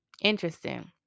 Interesting